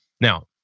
Now